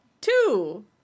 Two